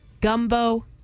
Gumbo